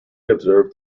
observed